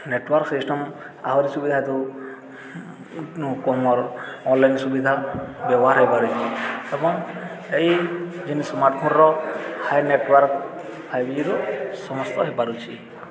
network system ଆହୁରି ସୁବିଧା ହେତୁ କମ୍ର ଅନଲାଇନ୍ ସୁବିଧା ବ୍ୟବହାର ହେଇପାରୁଛି ଏବଂ ଏଇ ଜିନିଷ ସ୍ମାର୍ଟ ଫୋନର ହାଇ ନେଟ୍ୱାର୍କ ଫାଇଭ୍ ଜିରୁ ସମସ୍ତ ହେଇପାରୁଛି